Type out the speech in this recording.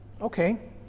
Okay